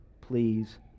please